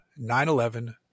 911